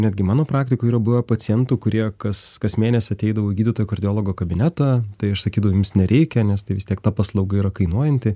netgi mano praktikoj yra buvę pacientų kurie kas kas mėnesį ateidavo į gydytojo kardiologo kabinetą tai aš sakydavau jums nereikia nes tai vis tiek ta paslauga yra kainuojanti